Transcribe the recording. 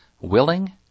willing